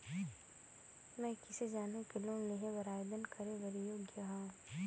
मैं किसे जानहूं कि मैं लोन लेहे बर आवेदन करे बर योग्य हंव?